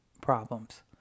problems